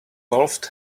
wolfed